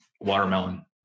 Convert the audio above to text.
watermelon